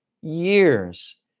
years